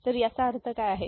तर याचा अर्थ काय आहे